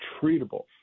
treatable